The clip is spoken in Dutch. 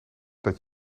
dat